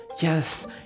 Yes